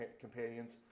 companions